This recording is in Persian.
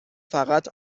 فقط